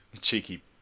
cheeky